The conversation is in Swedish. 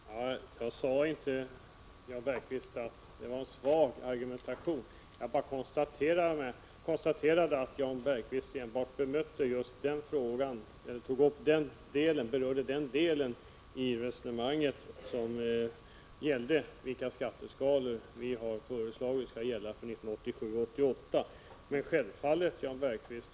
Herr talman! Jag sade inte att Jan Bergqvists argumentation var svag, utan jag konstaterade att Jan Bergqvist endast berörde den del av resonemanget som gäller våra förslag till skatteskalor för 1987 och 1988.